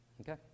Okay